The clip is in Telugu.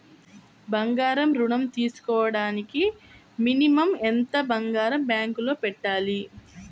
బంగారం ఋణం తీసుకోవడానికి మినిమం ఎంత బంగారం బ్యాంకులో పెట్టాలి?